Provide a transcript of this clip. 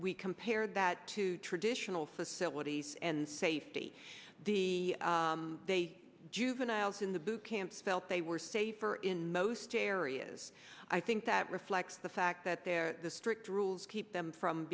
we compare the at to traditional facilities and safety the juveniles in the boot camp felt they were safer in most areas i think that reflects the fact that their strict rules keep them from